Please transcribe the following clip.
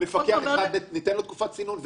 למפקח אחד ניתן תקופת צינון,